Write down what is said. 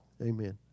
Amen